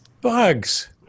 bugs